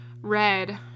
red